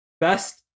Best